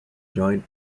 joint